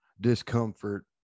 discomfort